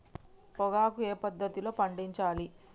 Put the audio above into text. పొగాకు ఏ పద్ధతిలో పండించాలి?